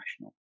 national